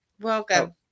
Welcome